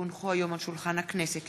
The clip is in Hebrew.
כי הונחו היום על שולחן הכנסת,